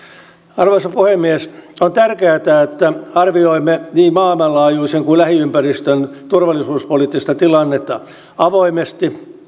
arvoisa puhemies on tärkeätä että arvioimme niin maailmanlaajuista kuin lähiympäristön turvallisuuspoliittista tilannetta avoimesti